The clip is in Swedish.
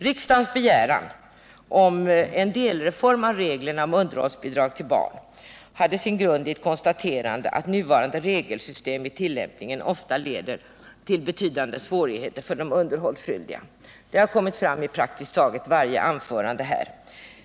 Riksdagens begäran om en delreform av reglerna för underhållsbidrag till barn hade sin grund i ett konstaterande att nuvarande regelsystem vid tillämpningen ofta leder till betydande svårigheter för de underhållsskyldiga. Det har framhållits i praktiskt taget varje anförande i dag.